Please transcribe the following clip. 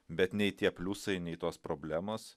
bet nei tie pliusai nei tos problemos